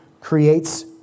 creates